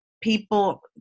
people